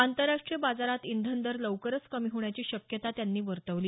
आंतरराष्ट्रीय बाजारात इंधनदर लवकरच कमी होण्याची शक्यता त्यांनी वर्तवली